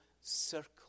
circle